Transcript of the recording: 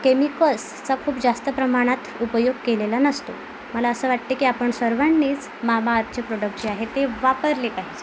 केमिकल्सचा खूप जास्त प्रमाणात उपयोग केलेला नसतो मला असं वाटतं की आपण सर्वांनीच मामाअर्थचे प्रोडक्ट जे आहेत ते वापरले पाहिजेत